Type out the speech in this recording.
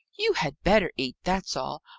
you had better eat that's all.